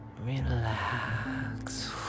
relax